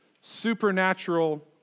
supernatural